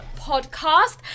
podcast